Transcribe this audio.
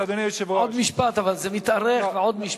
עוד משפט, אדוני היושב-ראש.